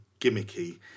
gimmicky